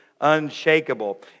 unshakable